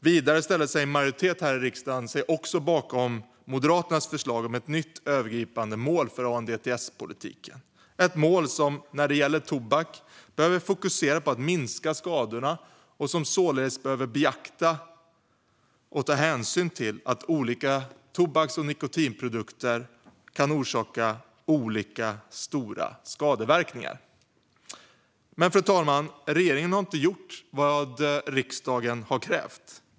Vidare ställde sig en majoritet här i riksdagen bakom Moderaternas förslag om ett nytt övergripande mål för ANDTS-politiken som när det gäller tobak behöver fokusera på att minska skadorna och som således behöver ta hänsyn till att olika tobaks och nikotinprodukter kan orsaka olika stora skadeverkningar. Men, fru talman, regeringen har inte gjort vad riksdagen krävt.